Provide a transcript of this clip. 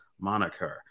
moniker